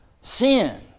Sin